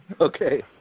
Okay